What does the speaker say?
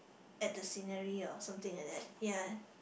at the scenery or something like that ya